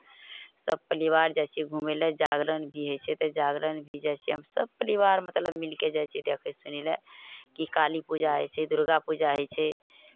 सभ परिवार जाइ छियै घूमय लए जागरण भी होइ छै तऽ जागरण भी जाइ छियै हम सभ परिवार मतलब मिलि कऽ जाइ छियै देखय सुनय लेल कि काली पूजा होइ छै दुर्गा पूजा होइ छै